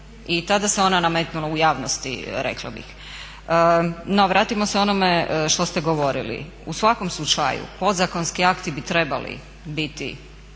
i tada se ona nametnula u javnosti, rekla bih. No, vratimo se onome što ste govorili. U svakom slučaju podzakonski akti bi trebali biti